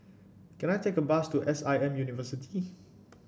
can I take a bus to S I M University